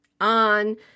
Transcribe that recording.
on